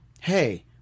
Hey